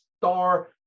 star